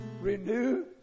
Renew